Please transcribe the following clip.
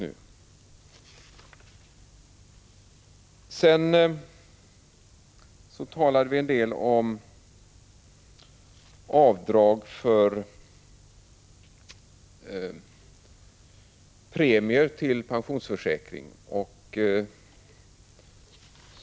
Vi talar i betänkandet vidare en del om avdrag för premier till pensionsförsäkring.